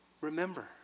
Remember